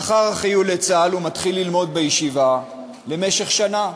לאחר החיול לצה"ל הוא מתחיל ללמוד בישיבה במשך שנה.